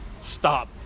stop